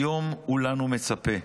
היום הוא לנו מצפה.